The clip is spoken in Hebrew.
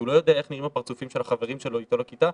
שהוא לא יודע איך נראים הפרצופים של החברים שלו איתו לכיתה,